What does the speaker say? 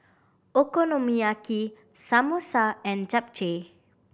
Okonomiyaki Samosa and Japchae